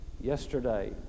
yesterday